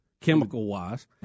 chemical-wise